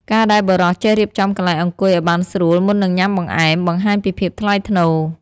ការដែលបុរសចេះរៀបចំកន្លែងអង្គុយឱ្យបានស្រួលមុននឹងញ៉ាំបង្អែម បង្ហាញពីភាពថ្លៃថ្នូរ។